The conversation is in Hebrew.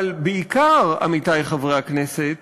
אבל בעיקר, עמיתי חברי הכנסת,